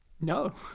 No